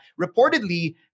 reportedly